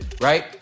right